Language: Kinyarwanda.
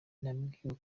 nabwiwe